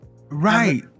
Right